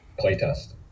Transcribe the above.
playtest